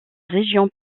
région